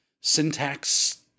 syntax